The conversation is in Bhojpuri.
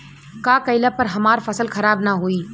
का कइला पर हमार फसल खराब ना होयी?